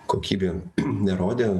kokybė nerodė